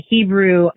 Hebrew